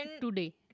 today